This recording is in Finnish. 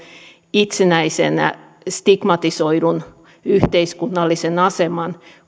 itsenäisen stigmatisoidun yhteiskunnallisen aseman